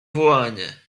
wołanie